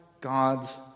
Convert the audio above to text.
God's